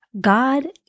God